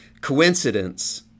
Coincidence